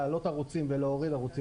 להעלות ערוצים ולהוריד ערוצים.